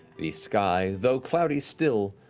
the sky, though cloudy still,